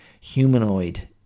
humanoid